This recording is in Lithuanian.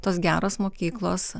tos geros mokyklos